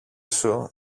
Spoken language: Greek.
σου